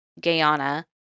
Guyana